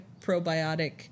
probiotic